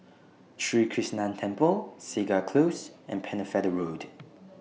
Sri Krishnan Temple Segar Close and Pennefather Road